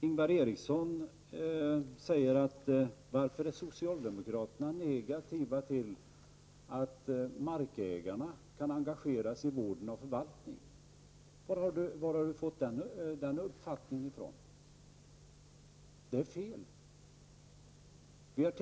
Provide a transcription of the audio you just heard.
Ingvar Eriksson frågade: Varför är socialdemokraterna negativa till att engagera markägarna i vård och förvaltning? Varifrån har Ingvar Eriksson fått den uppfattningen? Det är fel.